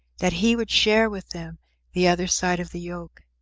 that he would share with them the other side of the yoke.